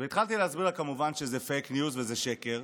התחלתי להסביר לה כמובן שזה פייק ניוז וזה שקר,